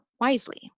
wisely